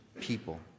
people